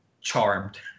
charmed